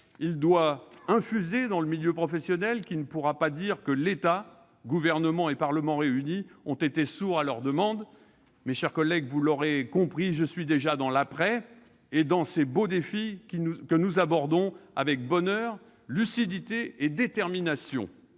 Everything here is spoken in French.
doit infuser dans le milieu professionnel, qui ne pourra pas dire que l'État, gouvernement et parlement réunis, a été sourd à leurs demandes. Mes chers collègues, vous l'aurez compris, je suis déjà dans « l'après » et dans ces beaux défis que nous abordons avec bonheur, lucidité et détermination.